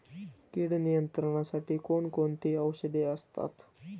कीड नियंत्रणासाठी कोण कोणती औषधे असतात?